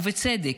ובצדק,